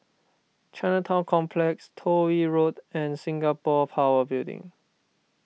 Chinatown Complex Toh Yi Road and Singapore Power Building